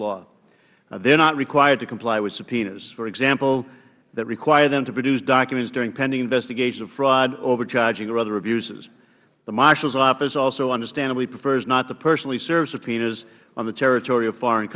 law they are not required to comply with subpoenas for example that require them to produce documents during pending investigations of fraud overcharging or other abuses the marshals office also understandably prefers not to personally serve subpoenas on the territory of foreign